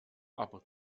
aber